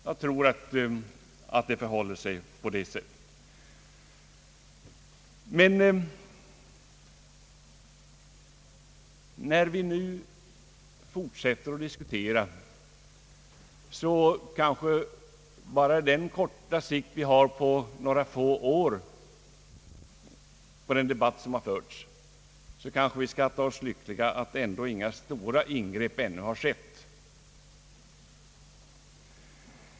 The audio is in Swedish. Jag tror att det förhåller sig på det sättet. När vi nu fortsätter att diskutera, mot bakgrund av den debatt som under några år har förts med rätt kort sikt, kan vi skatta oss lyckliga att inga stora ingrepp ännu har skett.